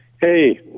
Hey